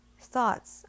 thoughts